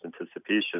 anticipation